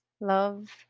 Love